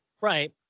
Right